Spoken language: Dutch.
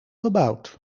gebouwd